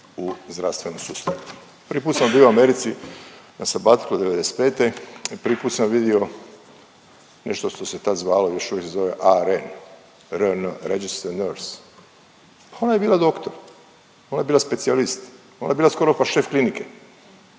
u zdravstvenom sustavu. Prvi put sam bio u Americi na …/Govornik se ne razumije./… '95. Prvi put sam vidio nešto što se tad zvalo, još uvije se zove RN. Ona je bila doktor, ona je bila specijalist, ona je bila skoro pa šef klinike,